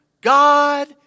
God